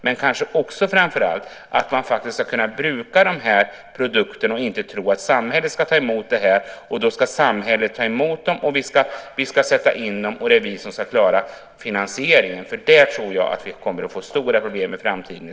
Men man måste också kunna bruka produkten och inte tro att samhället ska ta emot den, sätta in den och klara finansieringen. I så fall tror jag att vi kommer att få stora problem i framtiden.